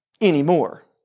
anymore